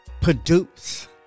produce